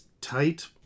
tight